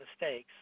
mistakes